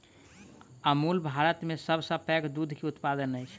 अमूल भारत के सभ सॅ पैघ दूध के उत्पादक अछि